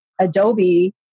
Adobe